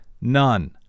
None